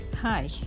Hi